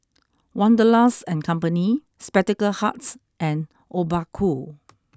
Wanderlust and Company Spectacle Hut and Obaku